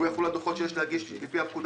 והוא יחול על דוחות שיש להגיש לפי הפקודה